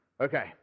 Okay